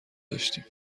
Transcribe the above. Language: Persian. داشتیم